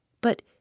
But